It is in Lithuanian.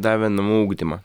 davė namų ugdymą